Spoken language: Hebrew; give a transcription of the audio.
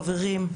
חברים,